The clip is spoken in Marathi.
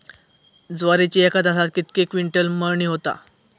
ज्वारीची एका तासात कितके क्विंटल मळणी होता?